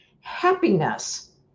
Happiness